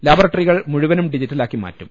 ലബോറട്ടറികൾ മുഴുവനും ഡിജിറ്റലാക്കി മാറ്റും